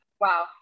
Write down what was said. Wow